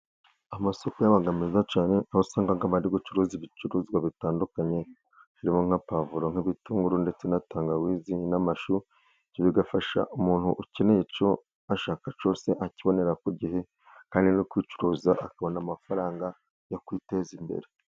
masoko meza meza cyane, aho wasanga bari gucuruza ibicuruzwa bitandukanye birimo: nka pavuro ,nk'ibitunguru ,ndetse na tangawizi ,n'amashu bigafasha umuntu ukeneye icyo ashaka cyose akibonera ku gihe ,kandi n'uri kubicuruza akabona amafaranga yo kwiteza imbere.